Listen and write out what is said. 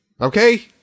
Okay